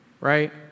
Right